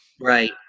right